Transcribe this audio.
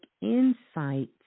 insights